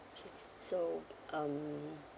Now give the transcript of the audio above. so um